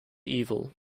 evil